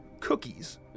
cookies